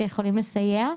שיכולים לסייע,